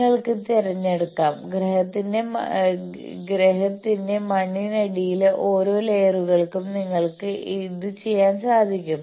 നിങ്ങൾക്ക് തിരഞ്ഞെടുക്കാം ഗ്രഹത്തിന്റെ മണ്ണിനടിയിലെ ഓരോ ലേയറുകൾക്കും നിങ്ങൾക്ക് ഇത് ചെയ്യാൻ സാധിക്കും